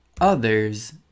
others